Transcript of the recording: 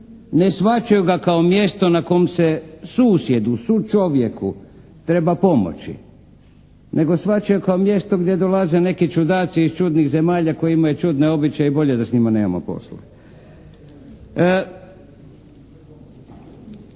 Ne shvaćaju ga kao mjesto na kom se susjedu, su čovjeku treba pomoći, nego shvaćaju kao mjesto gdje dolaze neki čudaci iz čudnih zemalja koji imaju čudne običaje i bolje da s njima nemamo posla.